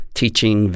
teaching